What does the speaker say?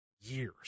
years